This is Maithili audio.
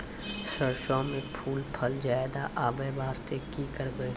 सरसों म फूल फल ज्यादा आबै बास्ते कि करबै?